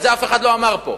את זה אף אחד לא אמר פה.